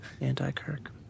anti-Kirk